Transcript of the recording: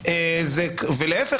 ולהפך,